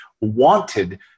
wanted